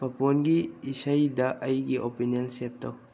ꯄꯥꯄꯣꯟꯒꯤ ꯏꯁꯩꯗ ꯑꯩꯒꯤ ꯑꯣꯄꯤꯅꯤꯌꯟ ꯁꯦꯞ ꯇꯧ